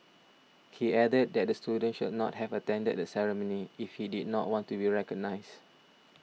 he added that the student should not have attended the ceremony if he did not want to recognised